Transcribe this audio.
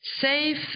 Safe